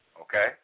okay